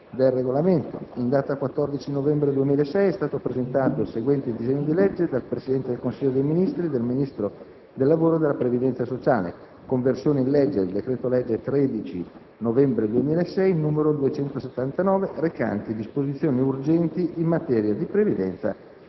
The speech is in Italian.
finestra"). In data 14 novembre 2006, è stato presentato il seguente disegno di legge: *dal Presidente del Consiglio dei ministri, dal Ministro del lavoro e della previdenza sociale:* «Conversione in legge del decreto-legge 13 novembre 2006, n. 279, recante disposizioni urgenti in materia di previdenza